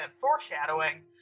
foreshadowing